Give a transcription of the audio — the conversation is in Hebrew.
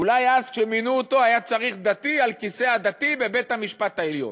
אולי אז כשמינו אותו היה צריך דתי על כיסא הדתי בבית-המשפט העליון,